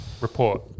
Report